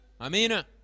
Amen